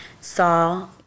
saw